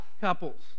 couples